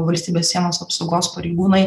valstybės sienos apsaugos pareigūnai